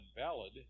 invalid